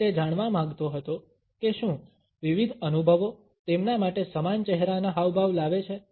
અને તે જાણવા માંગતો હતો કે શું વિવિધ અનુભવો તેમના માટે સમાન ચહેરાના હાવભાવ લાવે છે